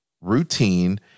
routine